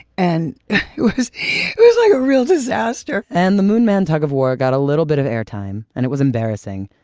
and it was it was like a real disaster and the moon man tug-of-war got a little bit of air time, and it was embarrassing.